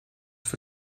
for